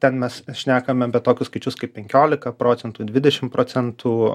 ten mes šnekame apie tokius skaičius kaip penkiolika procentų dvidešim procentų